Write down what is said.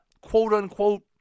quote-unquote